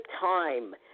time